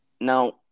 Now